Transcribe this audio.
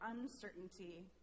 uncertainty